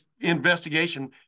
investigation –